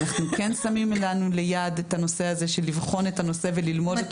אנחנו כן שמים לנו ליעד את הנושא הזה של לבחון את הנושא וללמוד אותו.